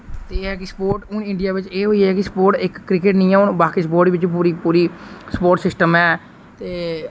ते एह् ऐ कि स्पोर्ट हुन इंडिया बिच एह् होइया कि स्पोर्ट इक क्रिकेट नेईं ऐ हुन बाकी स्पोर्ट बिच पूरी पूरी सप्पोर्ट सिस्टम ऐ ते